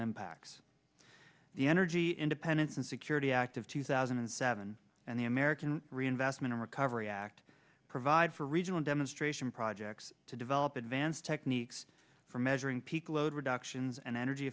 impacts the energy independence and security act of two thousand and seven and the american reinvestment and recovery act provide for regional demonstration projects to develop advanced techniques for measuring peak load reductions and energy